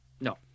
No